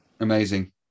Amazing